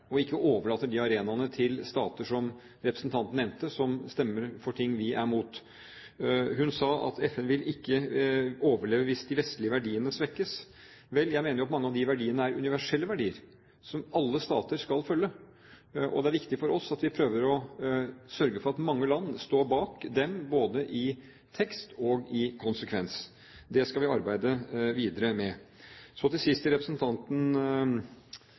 og at vi ikke overlater de arenaene til stater som representanten nevnte, som stemmer for ting vi er imot. Hun sa at FN ikke vil overleve hvis de vestlige verdiene svekkes. Jeg mener at mange av de verdiene er universelle verdier som alle stater skal følge. Det er viktig for oss at vi prøver å sørge for at mange land står bak dem, både i tekst og i konsekvens. Det skal vi arbeide videre med. Så til sist til representanten